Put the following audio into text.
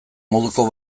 moduko